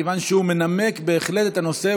מכיוון שהוא מנמק בהחלט את הנושא.